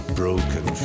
broken